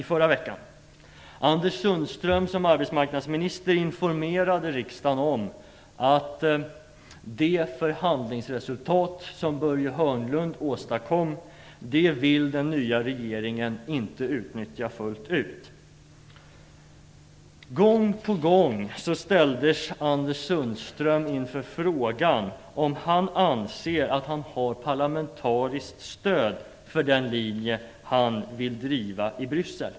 Anders Sundström informerade som arbetsmarknadsminister riksdagen om att den nya regeringen inte fullt ut vill utnyttja det förhandlingsresultat som Börje Hörnlund åstadkom. Gång på gång ställdes Anders Sundström inför frågan om han anser att han har parlamentariskt stöd för den linje han vill driva i Bryssel.